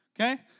okay